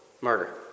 Murder